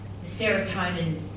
serotonin